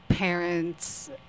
Parents